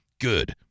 Good